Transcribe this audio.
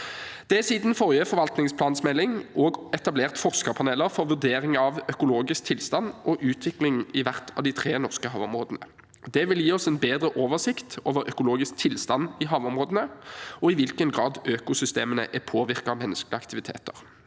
Det er siden forrige forvaltningsplanmelding også etablert forskerpaneler for vurdering av økologisk tilstand og utvikling i hvert av de tre norske havområdene. Det vil gi oss en bedre oversikt over økologisk tilstand i havområdene og i hvilken grad økosystemene er påvirket av menneskelig aktivitet.